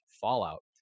Fallout